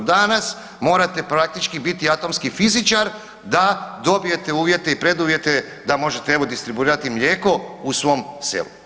Danas morate praktički biti atomski fizičar da dobijete uvjete i preduvjete da možete evo distribuirati mlijeko u svom selu.